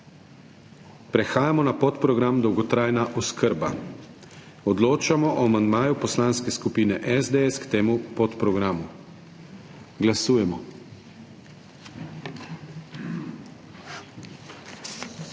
Prehajamo še na podprogram izplačevanje pravic. Odločamo o amandmaju Poslanske skupine SDS k temu podprogramu. Glasujemo.